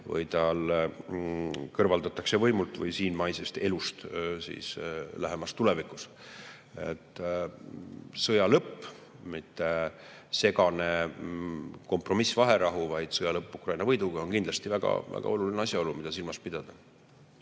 kui ta kõrvaldatakse võimult või lahkub maisest elust lähemas tulevikus. Sõja lõpp, mitte segane kompromissvaherahu, vaid sõja lõpp Ukraina võiduga on kindlasti väga-väga oluline asjaolu, mida [tuleb püüda